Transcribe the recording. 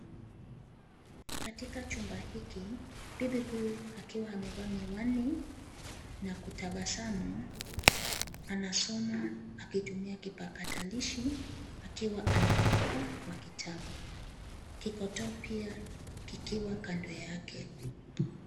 Katika chumba hiki, bibi huyu akiwa amevaa miwani na kutabasamu, anasoma akitumia kipakatakalishi akiwa anaandika kwa kitabu, kikotopia kikiwa kando yake.